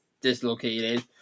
dislocated